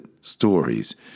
stories